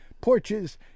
porches